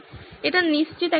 এটা নিশ্চিত একটা বিষয়